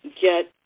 get